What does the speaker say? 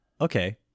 Okay